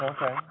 Okay